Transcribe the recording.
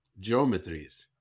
geometries